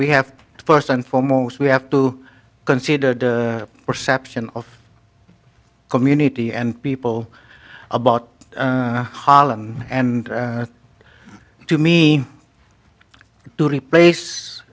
we have first and foremost we have to consider the perception of community and people about harlem and to mean to replace